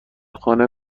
خانه